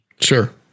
Sure